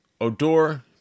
Odor